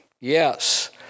Yes